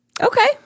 Okay